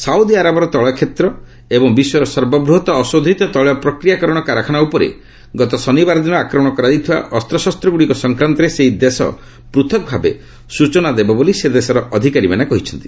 Saudi ଆରବର ତେଳକ୍ଷେତ୍ର ଏବଂ ବିଶ୍ୱର ସର୍ବବୃହତ୍ ଅଶୋଧିତ ତୈଳ ପ୍ରକ୍ରିୟାକରଣ କାରଖାନା ଉପରେ ଗତ ଶନିବାର ଦିନ ଆକ୍ରମଣ କରାଯାଇଥିବା ଅସ୍ତ୍ରଶସ୍ତଗୁଡିକ ସଂକ୍ରାନ୍ତରେ ସେହି ଦେଶ ପୃଥକ୍ ଭାବେ ସୂଚନା ଦେବ ବୋଲି ସେ ଦେଶର ଅଧିକାରୀମାନେ କହିଛନ୍ତି